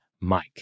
Mike